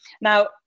Now